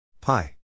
Pi